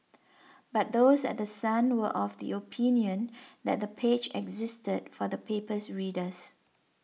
but those at The Sun were of the opinion that the page existed for the paper's readers